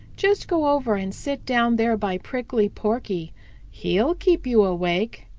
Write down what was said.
just go over and sit down there by prickly porky he'll keep you awake.